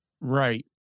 Right